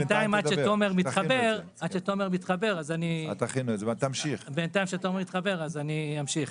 בינתיים, עד שתומר מתחבר בשביל זה, אני אמשיך.